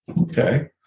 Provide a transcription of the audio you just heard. Okay